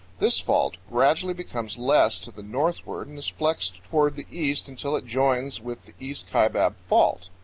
this fault gradually becomes less to the northward and is flexed toward the east until it joins with the east kaibab fault.